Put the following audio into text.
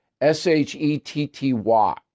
S-H-E-T-T-Y